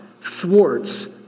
thwarts